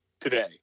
today